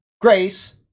grace